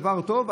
דבר טוב,